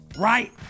right